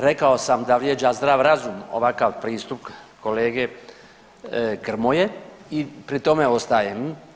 Rekao sam da vrijeđa zdrav razum ovakav pristup kolege Grmoje i pri tome ostajem.